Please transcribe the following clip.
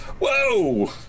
Whoa